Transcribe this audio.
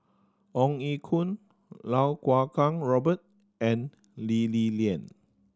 Ong Ye Kung Iau Kuo Kwong Robert and Lee Li Lian